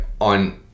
on